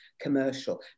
commercial